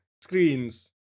screens